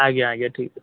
ଆଜ୍ଞା ଆଜ୍ଞା ଠିକ୍ ଅଛି